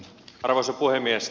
arvoisa puhemies